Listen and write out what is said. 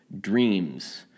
dreams